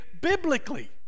biblically